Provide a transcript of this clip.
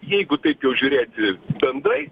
jeigu taip jau žiūrėti bendrai